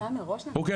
אוקיי?